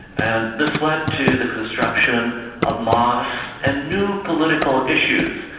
and this led to the construction of mosques and new political issues,